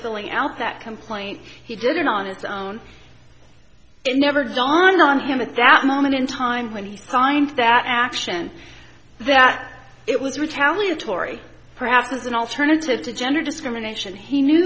filling out that complaint he did it on its own it never dawned on him a dat moment in time when he signed that action that it was retaliatory perhaps as an alternative to gender discrimination he knew